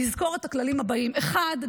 לזכור את הכללים הבאים: האחד,